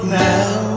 now